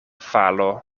falo